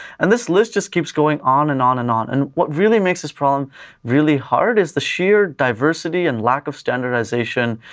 this list just keeps going on and on and on and what really makes this problem really hard is the sheer diversity, and lack of standardization,